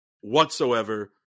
whatsoever